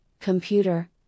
computer